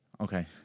Okay